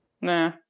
Nah